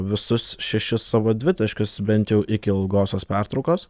visus šešis savo dvitaškius bent jau iki ilgosios pertraukos